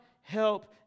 help